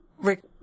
rick